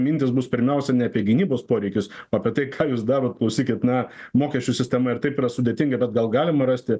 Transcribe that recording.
mintys bus pirmiausia ne apie gynybos poreikius o apie tai ką jūs darot klausykit na mokesčių sistema ir taip yra sudėtinga bet gal galima rasti